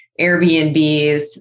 Airbnbs